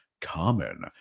common